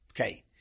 Okay